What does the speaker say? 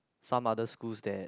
some others schools that